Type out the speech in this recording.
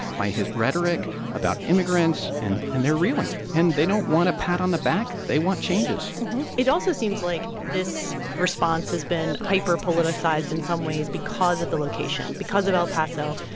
by his rhetoric about immigrants. and and they're reeling. and they don't want a pat on the back. they want changes it also seems like this response has been hyperpoliticized in some ways because of the location, because of el paso,